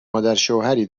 مادرشوهری